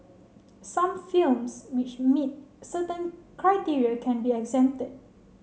some films which meet certain criteria can be exempted